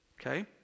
Okay